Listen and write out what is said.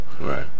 Right